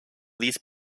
these